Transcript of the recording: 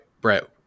Brett